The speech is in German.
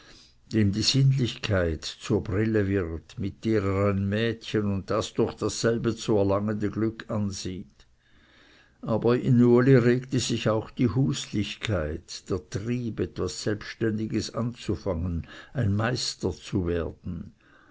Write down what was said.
dem die sinnlichkeit zur brille wird mit der er ein mädchen und das durch dasselbe zu erlangende glück ansieht aber in uli regte sich auch die huslichkeit der trieb etwas selbständiges anzufangen ein meister zu werden